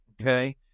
Okay